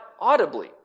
audibly